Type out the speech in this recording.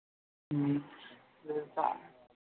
छः सात